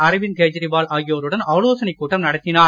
அரவிந்த் கெஜ்ரிவால் ஆகியோருடன் ஆலோசனை கூட்டம் நடத்தினார்